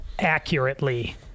accurately